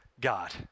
God